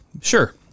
sure